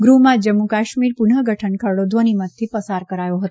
ગૃહમાં જમ્મુ કાશ્મીર પૂર્નગઠન ખરડો ધ્વનિમતથી પસાર કરાયો હતો